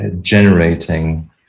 generating